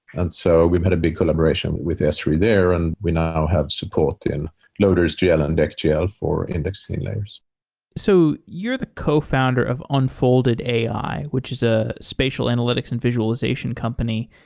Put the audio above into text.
and so we've had a big collaboration with s three there and we now have support in loaders gl and deck gl ah for indexing layers so you're the co-founder of unfolded ai, which is a spatial analytics and visualization company.